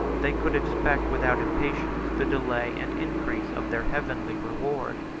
they could expect without impatience the delay and increase of their heavenly reward.